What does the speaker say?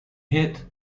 hit